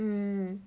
mm